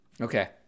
Okay